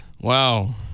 Wow